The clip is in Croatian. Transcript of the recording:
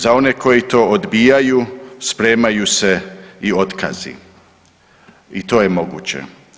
Za one koji to odbijaju spremaju se i otkazi, i to je moguće.